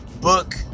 Book